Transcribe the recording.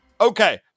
Okay